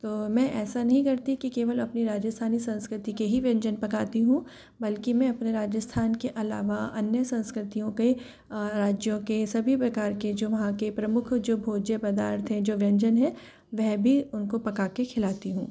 तो मैं ऐसा नहीं करती कि केवल अपनी राजस्थानी संस्कृति के ही व्यंजन पकाती हूँ बल्कि मैं अपने राजस्थान के अलावा अन्य संस्कृतियों के राज्यों के सभी प्रकार के जो वहाँ के प्रमुख जो भोज्य पर्दार्थ हैं जो व्यंजन हैं वह भी उनको पकाके खिलाती हूँ